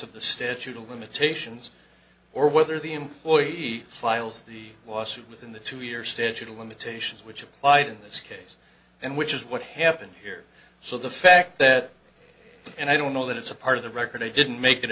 of the statute of limitations or whether the employee files the lawsuit within the two year statute of limitations which applied in this case and which is what happened here so the fact that and i don't know that it's a part of the record i didn't make it